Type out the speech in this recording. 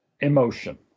emotion